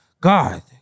God